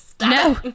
no